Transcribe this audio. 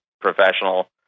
professional